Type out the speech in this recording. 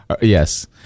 Yes